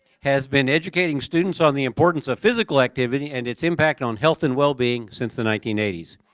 has been educating students on the importance of physical activity and its impact on health and wellbeing since the nineteen eighty s.